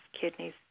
kidneys